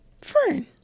friend